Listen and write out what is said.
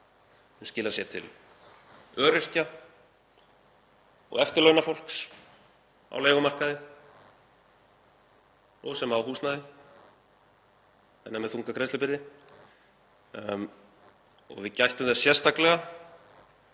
skila sér til öryrkja og eftirlaunafólks á leigumarkaði og sem á húsnæði en er með þunga greiðslubyrði. Við gættum þess sérstaklega